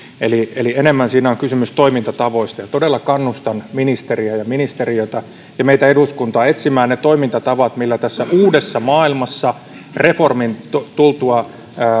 eli eli enemmän siinä on kysymys toimintatavoista todella kannustan ministeriä ministeriötä ja meitä eduskuntaa etsimään ne toimintatavat miten tässä uudessa maailmassa reformin tultua